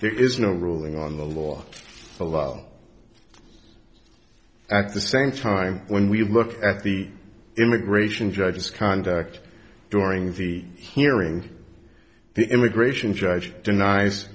there is no ruling on the law at the same time when we look at the immigration judges conduct during the hearings the immigration judge denies